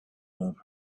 love